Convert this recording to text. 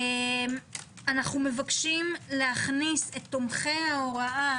אנו מבקשים להכניס את תומכי ההוראה,